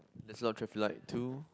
there's a lot of traffic light too